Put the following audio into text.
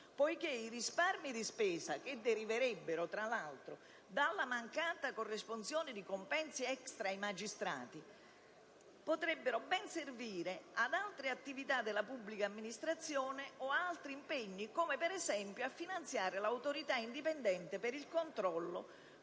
poiché i risparmi di spesa che tra l'altro deriverebbero dalla mancata corresponsione di compensi extra ai magistrati porterebbero ben servire ad altre attività della pubblica amministrazione o ad altri impegni, come per esempio a finanziare l'Autorità indipendente per il controllo